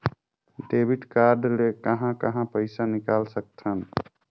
Debit card ले कहां कहां पइसा निकाल सकथन?